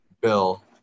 bill